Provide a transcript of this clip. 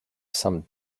some